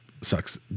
sucks